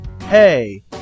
Hey